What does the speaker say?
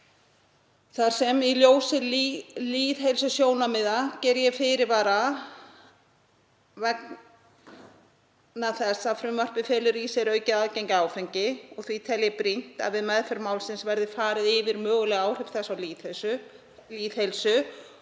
Í ljósi lýðheilsusjónarmiða geri ég fyrirvara vegna þess að frumvarpið felur í sér aukið aðgengi að áfengi og því tel ég brýnt að við meðferð málsins verði farið yfir möguleg áhrif þess á lýðheilsu